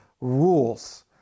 rules